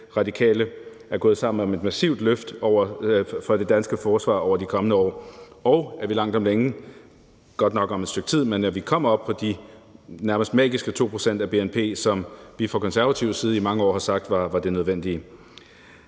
SF og Radikale er gået sammen om et massivt løft af det danske forsvar over de kommende år, og at vi langt om længe, godt nok om et stykke tid, kommer op på de nærmest magiske 2 pct. af bnp, som vi fra konservativ side i mange år har sagt var det nødvendige.